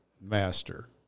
master